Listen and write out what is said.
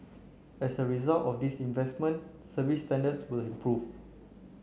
as a result of these investment service standards will improve